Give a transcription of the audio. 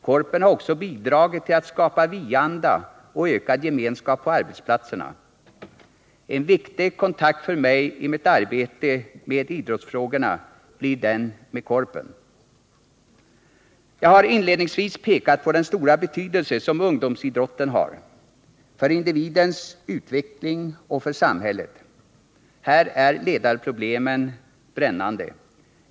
Korpen har också bidragit till att skapa ”vi-anda” och ökad gemenskap på arbetsplatserna. En viktig kontakt för mig i mitt arbete med idrottsfrågorna blir den med Korpen. Jag har inledningsvis pekat på den stora betydelse som ungdomsidrotten har, både för individens utveckling och för samhället. Här är ledarproblemen brännande.